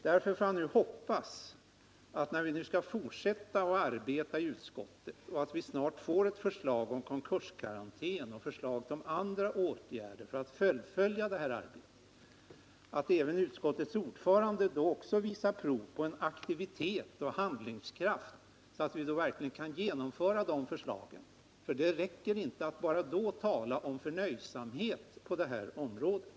Därför hoppas jag att vi snart får ett förslag om konkurska rantän och förslag om andra åtgärder så att vi får fullfölja vårt arbete. Jag hoppas också att även utskottets ordförande då visar prov på aktivitet och handlingskraft, så att vi verkligen kan genomföra förslagen. Det räcker nämligen inte att bara tala om förnöjsamhet på det här området.